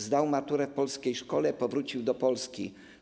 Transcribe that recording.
Zdał maturę w polskiej szkole, powrócił do Polski.